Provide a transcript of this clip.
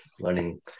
learning